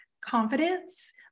confidence